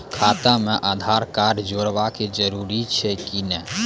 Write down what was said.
खाता म आधार कार्ड जोड़वा के जरूरी छै कि नैय?